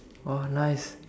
!wah! nice